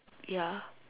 ya